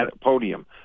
podium